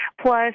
plus